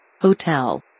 Hotel